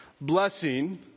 Blessing